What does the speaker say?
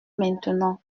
maintenant